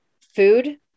food